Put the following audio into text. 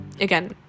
again